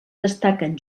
destaquen